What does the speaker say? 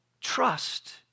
Trust